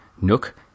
Nook